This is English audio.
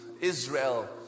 Israel